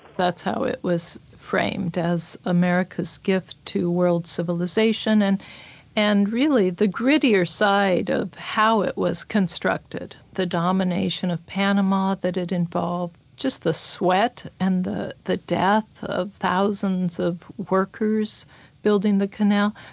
that's how it was framed, as america's gift to world civilisation, and and really the grittier side of how it was constructed, the domination of panama that it involved just the sweat and the the death of thousands of workers building the canal,